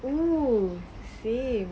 oh see